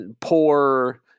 poor